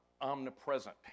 omnipresent